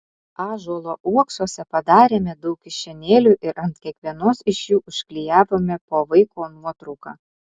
ąžuolo uoksuose padarėme daug kišenėlių ir ant kiekvienos iš jų užklijavome po vaiko nuotrauką